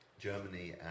Germany